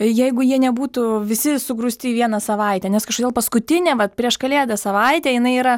jeigu jie nebūtų visi sugrūsti į vieną savaitę nes kažkodėl paskutinė vat prieš kalėdas savaitė jinai yra